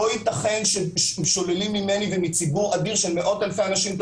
לא יתכן ששוללים ממני ומציבור אדיר של מאות אלפי אנשים את